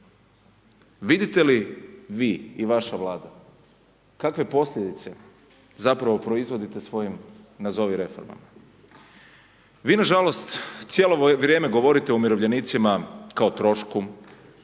Vidite li vi i vaša Vlada kakve posljedice zapravo proizvodite svojim nazovi reformama? Vi nažalost cijelo vrijeme govorite o umirovljenicima kao trošku,